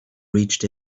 reached